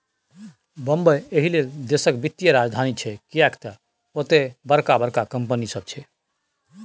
बंबई एहिलेल देशक वित्तीय राजधानी छै किएक तए ओतय बड़का बड़का कंपनी सब छै